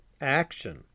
action